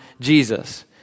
Jesus